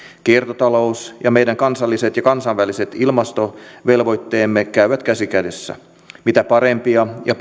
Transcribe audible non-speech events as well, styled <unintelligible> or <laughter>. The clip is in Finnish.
kiertotalous ja meidän kansalliset ja kansainväliset ilmastovelvoitteemme käyvät käsi kädessä mitä parempia ja <unintelligible>